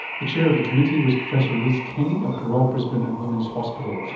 the chair of the committee was professor liz kenny of the royal brisbane and women's hospital.